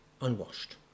unwashed